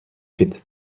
pit